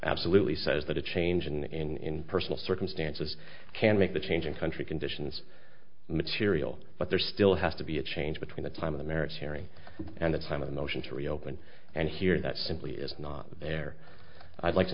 absolutely says that a change in personal circumstances can make the change in country conditions material but there still has to be a change between the time of the merits hearing and the time of the motion to reopen and here that simply is not there i'd like to